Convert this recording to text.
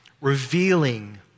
revealing